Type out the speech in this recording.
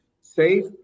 safe